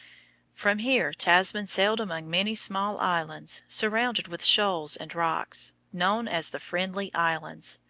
from here tasman sailed among many small islands surrounded with shoals and rocks, known as the friendly islands,